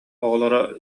оҕолоро